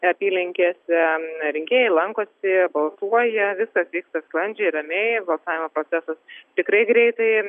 apylinkėse rinkėjai lankosi balsuoja viskas vyksta sklandžiai ramiai balsavimo procesas tikrai greitai